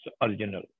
original